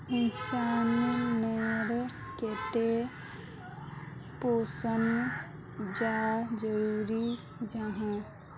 इंसान नेर केते पोषण चाँ जरूरी जाहा?